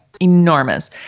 enormous